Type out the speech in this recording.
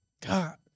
God